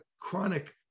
chronic